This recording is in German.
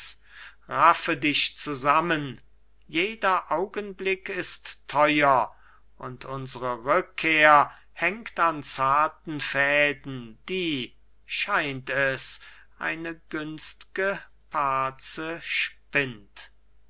dich zusammen jeder augenblick ist theuer und unsre rückkehr hängt an zarten fäden die scheint es eine günst'ge parze spinnt